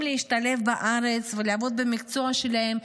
להשתלב בארץ ולעבוד במקצוע שלהם,